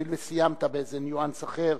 הואיל וסיימת באיזה ניואנס אחר,